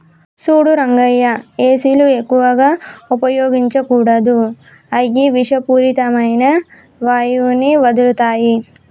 సూడు రంగయ్య ఏసీలు ఎక్కువగా ఉపయోగించకూడదు అయ్యి ఇషపూరితమైన వాయువుని వదులుతాయి